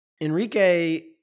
Enrique